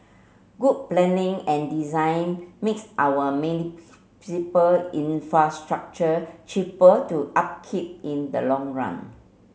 good planning and design makes our infrastructure cheaper to upkeep in the long run